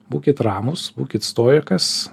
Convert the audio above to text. būkit ramūs būkit stoikas